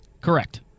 Correct